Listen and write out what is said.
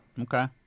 Okay